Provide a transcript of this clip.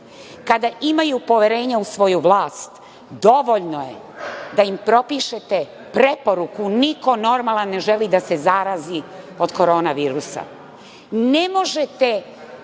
Kada imaju poverenje u svoju vlast, dovoljno je da im propišete preporuku, niko normalan ne želi da se zarazi od Koronavirusa. Ne možete